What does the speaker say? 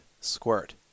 Squirt